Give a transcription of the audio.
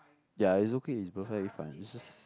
ya it's okay it's perfectly fine it's just